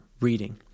reading